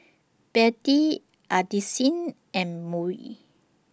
Bette Addisyn and Murry